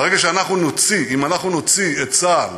ברגע שאנחנו נוציא, אם אנחנו נוציא את צה"ל